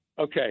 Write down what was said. Okay